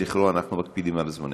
זכרו, אנחנו מקפידים על הזמנים.